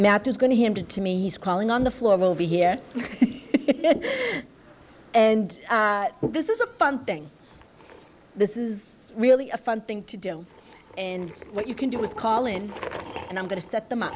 matt is going to him to me he's calling on the floor will be here and this is a fun thing this is really a fun thing to do and what you can do is call in and i'm going to set them up